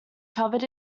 covered